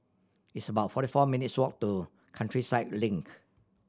it's about forty four minutes' walk to Countryside Link